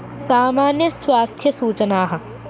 सामान्यस्वास्थ्यसूचनाः